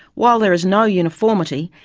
while there is no uniformity,